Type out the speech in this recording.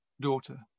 daughter